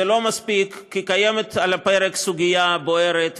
זה לא מספיק כי קיימת על הפרק סוגיה בוערת,